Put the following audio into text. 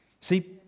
See